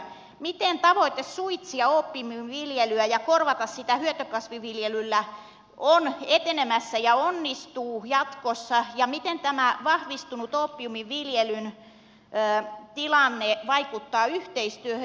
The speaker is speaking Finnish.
miten tavoite suitsia oopiumin viljelyä ja korvata sitä hyötykasviviljelyllä on etenemässä ja onnistuu jatkossa ja miten tämä vahvistunut oopiumin viljelyn tilanne vaikuttaa yhteistyöhön